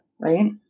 right